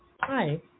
Hi